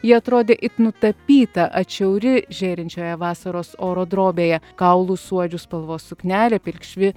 ji atrodė it nutapyta atšiauri žėrinčioje vasaros oro drobėje kaulų suodžių spalvos suknelė pilkšvi